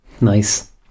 Nice